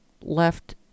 left